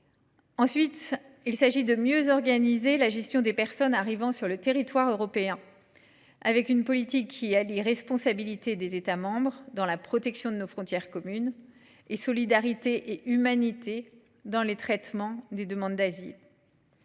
Ensuite, l’enjeu est de mieux organiser la gestion des personnes arrivant sur le territoire européen, grâce à une politique qui allie responsabilité des États membres dans la protection de nos frontières communes et solidarité et humanité dans le traitement des demandes d’asile.